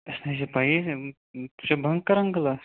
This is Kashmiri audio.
اَسہِ نہَ چھِ پَیی یہِ چھا بَنک کَران کٕلاس